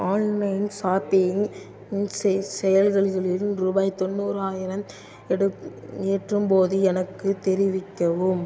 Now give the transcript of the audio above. online shopping செயலிகளில் ரூபாய் தொண்ணுறு ஆயிரம் எட்டும்போது எனக்குத் தெரிவிக்கவும்